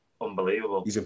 unbelievable